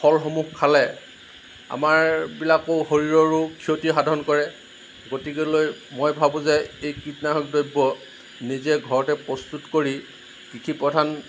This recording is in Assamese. ফলসমূহ খালে আমাৰবিলাকো শৰীৰৰো ক্ষতিসাধন কৰে গতিকেলৈ মই ভাবোঁ যে এই কীটনাশক দ্ৰব্য় নিজে ঘৰতে প্ৰস্তুত কৰি কৃষি প্ৰধান